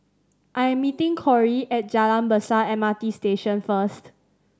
I am meeting Cori at Jalan Besar M R T Station first